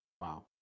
Wow